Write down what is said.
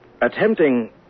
attempting